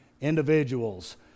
individuals